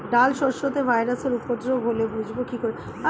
ডাল শস্যতে ভাইরাসের উপদ্রব হলে বুঝবো কি করে?